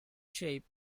shape